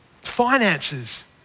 Finances